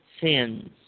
sins